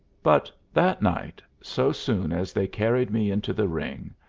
but that night, so soon as they carried me into the ring,